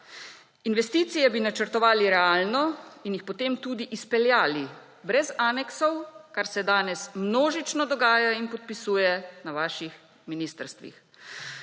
Investicije bi načrtovali realno in jih potem tudi izpeljali brez aneksov, kar se danes množično dogaja in podpisuje na vaših ministrstvih.